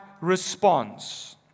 response